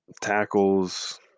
Tackles